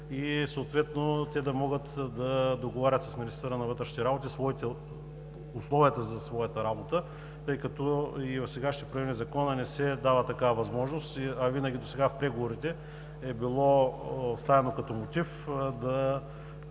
и съответно те да могат да договарят с министъра на вътрешните работи условията за своята работа, тъй като и със сегашните промени в Закона не се дава такава възможност, а винаги досега в преговорите е поставяно като мотиви да